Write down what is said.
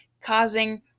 causing